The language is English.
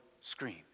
screen